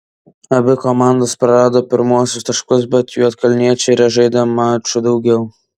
abi komandos prarado pirmuosius taškus bet juodkalniečiai yra žaidę maču daugiau